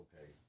okay